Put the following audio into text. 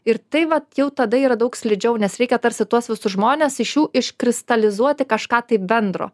ir tai vat jau tada yra daug slidžiau nes reikia tarsi tuos visus žmones iš jų iškristalizuoti kažką taip bendro